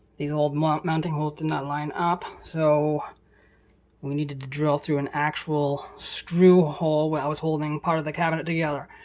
these old um mounting holes did not line up, so we needed to drill through an actual screw hole while it was holding part of the cabinet together.